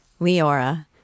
Leora